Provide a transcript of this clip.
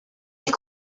est